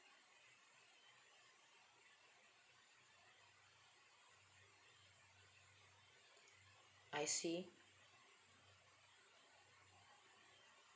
I see